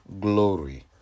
glory